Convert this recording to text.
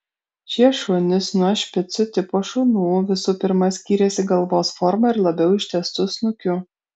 šie šunys nuo špicų tipo šunų visų pirma skyrėsi galvos forma ir labiau ištęstu snukiu